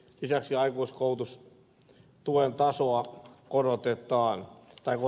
lisäksi aikuiskoulutustuen tasoa korotettaisiin